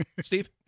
Steve